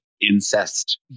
incest